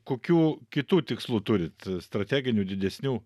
kokių kitų tikslų turit strateginių didesnių